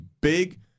big